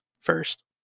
first